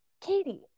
Katie